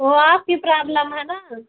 वो आपकी प्राब्लम है न